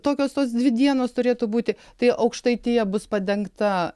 tokios tos dvi dienos turėtų būti tai aukštaitija bus padengta